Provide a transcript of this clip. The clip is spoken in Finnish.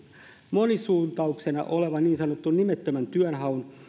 muotisuuntauksena olevan niin sanotun nimettömän työnhaun